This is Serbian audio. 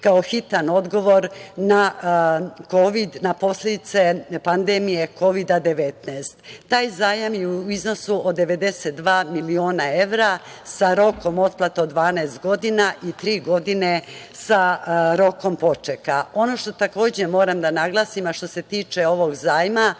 kao hitan odgovor na kovid, na posledice pandemije Kovida-19. Taj zajam je u iznosu od 92 miliona evra sa rokom otplate od 12 godina i tri godine sa rokom počeka. Ono što takođe moram da naglasim, a što se tiče ovog zajma,